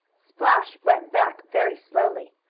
splash went back very slowly.